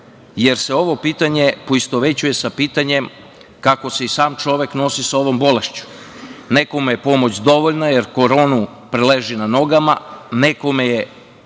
jer se ovo pitanje poistovećuje sa pitanjem kako se i sam čovek nosi sa ovom bolešću. Nekome je pomoć dovoljna, jer koronu preleži na nogama, neko je